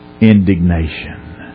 indignation